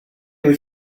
what